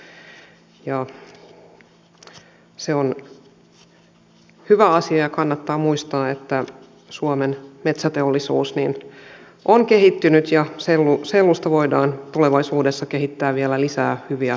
se on hyvä asia ja kannattaa muistaa että suomen metsäteollisuus on kehittynyt ja sellusta voidaan tulevaisuudessa kehittää vielä lisää hyviä tuotteita